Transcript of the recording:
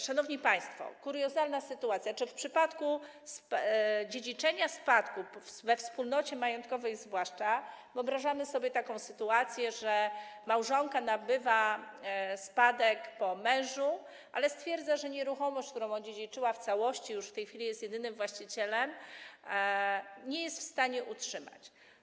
Szanowni państwo, kuriozalna sytuacja: Czy w przypadku dziedziczenia spadku, zwłaszcza przy wspólnocie majątkowej, wyobrażamy sobie taką sytuację, że... Małżonka nabywa spadek po mężu, ale stwierdza, że nieruchomości, którą odziedziczyła w całości, której już w tej chwili jest jedynym właścicielem, nie jest w stanie utrzymać.